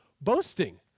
boasting